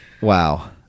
Wow